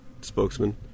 spokesman